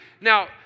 Now